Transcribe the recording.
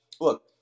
look